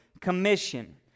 commission